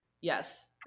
yes